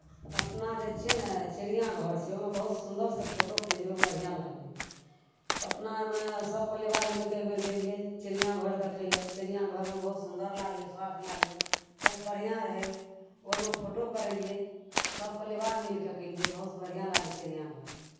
पटना जाइ छियै ने चिड़ियाँ घर छै ओहिमे बहुत सुन्दरसँ फोटो खिचबैमे बढ़िआँ लागलै पटनामे सभ परिवार मिलि कऽ एक बेर गेलियै चिड़ियाघर दखय लए चिड़ियाघरमे बहुत सुन्दर लागलै स्वार्थ लागलै खूब बढ़िआँ रहै ओहिमे फोटो करेलियै सभ परिवार मिलि कऽ केलियै बहुत बढ़िआँ लागलै चिड़ियाघर